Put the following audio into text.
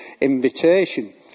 invitation